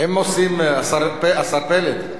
רוצה סיגריה?